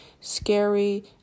scary